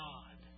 God